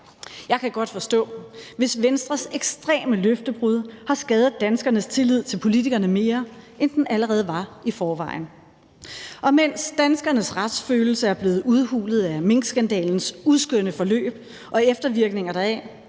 Jeg kan godt forstå, hvis Venstres ekstreme løftebrud har skadet danskernes tillid til politikerne mere, end den allerede var i forvejen. Kl. 20:15 Mens danskernes retsfølelse er blevet udhulet af minkskandalens uskønne forløb og eftervirkningerne deraf,